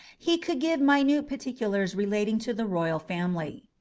he could give minute particulars relating to the royal family.